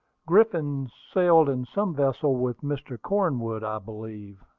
griffin sailed in some vessel with mr. cornwood, i believe,